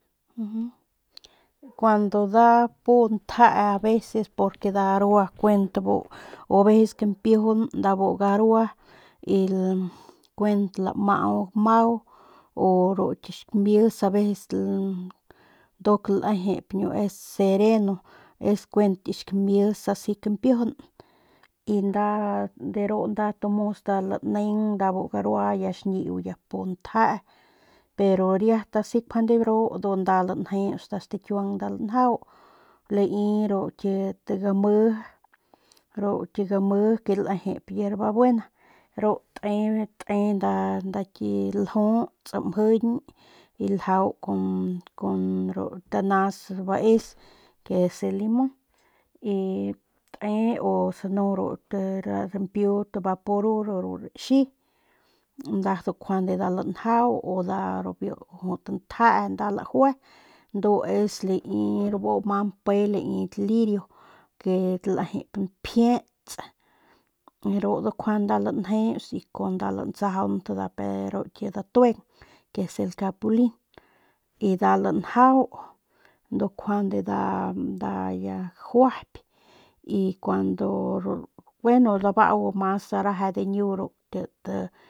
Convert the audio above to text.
kuandu nda pu ntjee aveces porque nda arua cuent o aveces kampijun nda bu garua y kuent lamau gamau u ru ki xkamis aveces nduk lejep ki sereno es kuent ki xkamis asi kampijun y nda de ru nda tomos nda laneng nda bu garua nda xiñiu nda pu ntjee pero riat asi njuande ru ndu nda lanjeuts nda stakiuang nda lanjau lai ru kit gami ru ke lejep yerbabuena ru te nda ki ljuts mjiñ ljau kun kun ru danas baes que es el limon y te o si no ru rampiu de ru baporu o ru raxi nda ndu njuande nda lanjau o nda juut njee o nda lajue ndu es lai bu ama mpe li kit lirio ke lejep pjiets ru njuande nda lanjeuts si con nda lantsajaunt kun nda kit datueng que es el capulin y nda lanjau ndu juande nda gajuayp y cuando gueno dabau mas areje diñio ru.